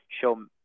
show